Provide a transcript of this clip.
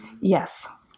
Yes